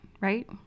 right